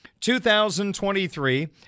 2023